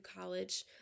college